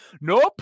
nope